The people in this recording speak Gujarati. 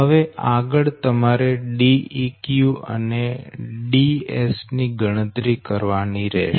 હવે આગળ તમારે Deq અને Ds ની ગણતરી કરવાની રહેશે